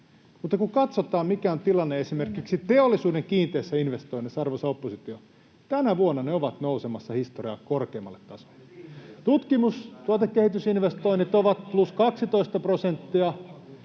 mutta kun katsotaan, mikä on tilanne esimerkiksi teollisuuden kiinteissä investoinneissa, arvoisa oppositio, niin tänä vuonna ne ovat nousemassa historian korkeimmalle tasolle. [Ari Koposen välihuuto — Ville Tavion